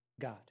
God